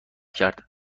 کرد